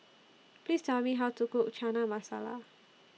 Please Tell Me How to Cook Chana Masala